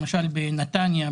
למשל בנתניה,